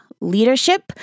leadership